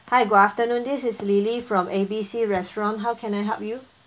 hi good afternoon this is lily from A B C restaurant how can I help you